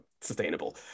sustainable